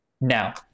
Now